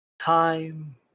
Time